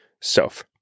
self